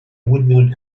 выдвинуть